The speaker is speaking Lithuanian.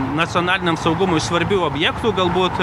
nacionaliniam saugumui svarbių objektų galbūt